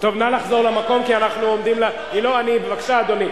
תן לה עוד דקה.